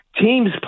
teams